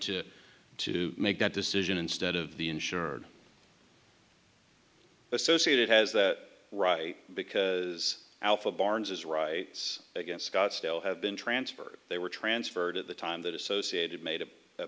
to to make that decision instead of the insured associated has that right because out of barnes's rights against scottsdale have been transferred they were transferred at the time that associated made